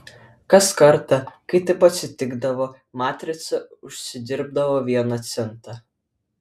kas kartą kai taip atsitikdavo matrica užsidirbdavo vieną centą